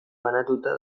banatuta